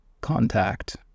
contact